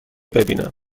ببینم